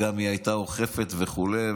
והיא הייתה אוכפת וכו'.